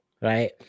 right